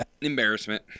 Embarrassment